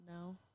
No